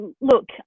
Look